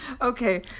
Okay